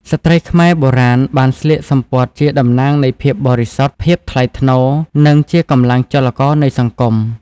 ស្ត្រីខ្មែរបុរាណបានស្លៀកសំពត់ជាតំណាងនៃភាពបរិសុទ្ធ ភាពថ្លៃថ្នូរ និងជាកម្លាំងចលករនៃសង្គម។